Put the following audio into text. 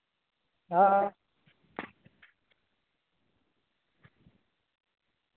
हां